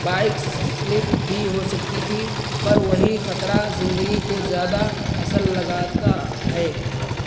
bike slip بھی ہو سکتی تھی پر وہی خطرہ زندگی کو زیادہ اصل لگاتا ہے